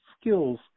skills